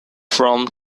from